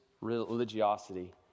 religiosity